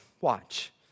Watch